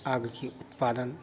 आग की उत्पादन